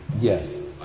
Yes